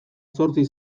zortzi